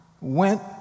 went